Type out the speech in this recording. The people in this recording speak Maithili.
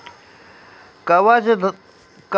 कवचधारी? नासक सँ घोघा, सितको आदि जीव क मारलो जाय छै